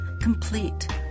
complete